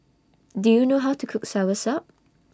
Do YOU know How to Cook Soursop